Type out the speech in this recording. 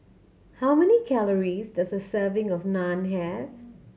how many calories does a serving of Naan have